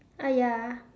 ah ya